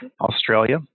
Australia